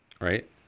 right